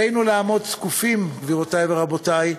עלינו לעמוד זקופים, גבירותי ורבותי,